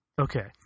Okay